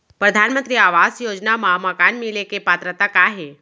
परधानमंतरी आवास योजना मा मकान मिले के पात्रता का हे?